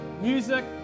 music